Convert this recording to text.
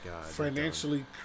financially